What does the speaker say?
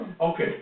Okay